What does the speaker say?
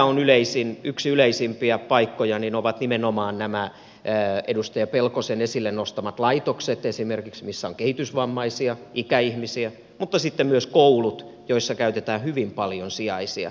mitkä ovat yksiä yleisimpiä paikkoja ovat nimenomaan edustaja pelkosen esille nostamat laitokset esimerkiksi missä on kehitysvammaisia ikäihmisiä mutta sitten myös koulut joissa käytetään hyvin paljon sijaisia